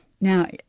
Now